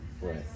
Right